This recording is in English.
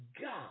God